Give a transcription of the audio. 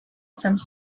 some